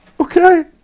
Okay